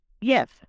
Yes